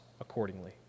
accordingly